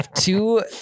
two